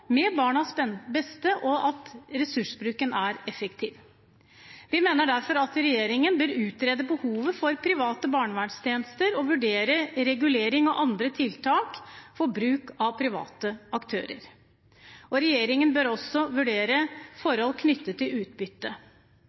med barnas beste, og at ressursbruken er effektiv. Vi mener derfor at regjeringen bør utrede behovet for private barnevernstjenester og vurdere regulering og andre tiltak for bruk av private aktører. Regjeringen bør også vurdere forhold knyttet til utbytte.